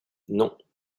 non